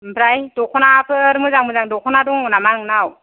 ओमफ्राय दख'नाफोर मोजां मोजां दख'ना दङ नामा नोंनाव